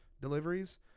deliveries